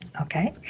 Okay